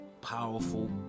Powerful